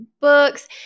books